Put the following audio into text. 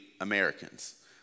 Americans